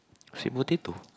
sweet potato